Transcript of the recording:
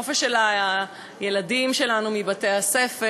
חופש של הילדים שלנו מבתי-הספר,